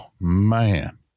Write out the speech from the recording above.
man